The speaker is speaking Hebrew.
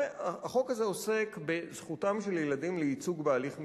החוק הזה עוסק בזכותם של ילדים לייצוג בהליך משפטי.